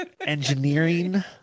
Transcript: engineering